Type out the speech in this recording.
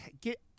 get